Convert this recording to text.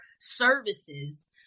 services